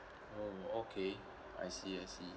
oh okay I see I see